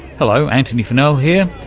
hello, antony funnell here,